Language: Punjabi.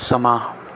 ਸਮਾਂ